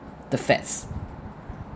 the fats